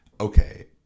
okay